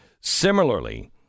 Similarly